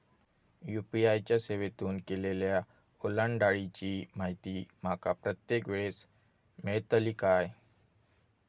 UPI च्या सेवेतून केलेल्या ओलांडाळीची माहिती माका प्रत्येक वेळेस मेलतळी काय?